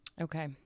Okay